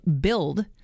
BUILD